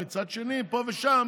מצד שני, פה ושם